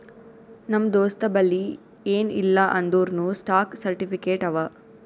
ನಮ್ ದೋಸ್ತಬಲ್ಲಿ ಎನ್ ಇಲ್ಲ ಅಂದೂರ್ನೂ ಸ್ಟಾಕ್ ಸರ್ಟಿಫಿಕೇಟ್ ಅವಾ